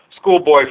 schoolboy